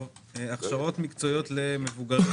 הכשרות מקצועיות למבוגרים